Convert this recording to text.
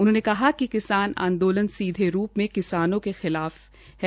उन्होंने कहा कि किसान आंदोलन सीधे रूप में किसानों के खिलाफ है